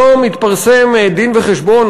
היום התפרסם דין-וחשבון,